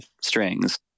strings